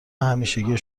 همیشگی